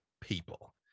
people